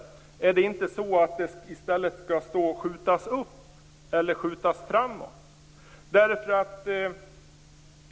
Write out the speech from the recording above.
Skall det inte i stället stå "skjutas upp" eller "skjutas framåt"?